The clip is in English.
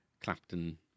Clapton